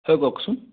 হয় কওকচোন